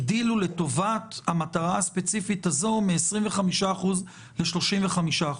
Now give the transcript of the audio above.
הגדילו לטובת המטרה הספציפית הזאת מ-25% ל-35%.